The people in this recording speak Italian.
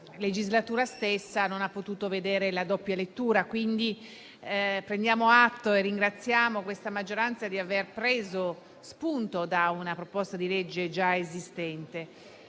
della stessa, non ha potuto vedere la doppia lettura. Prendiamo atto e ringraziamo la maggioranza di aver preso spunto da una proposta di legge già esistente.